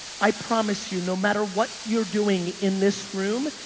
i promise you, no matter what you're doing in this room,